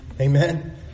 Amen